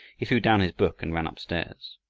he threw down his book and ran up-stairs.